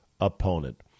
opponent